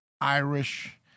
Irish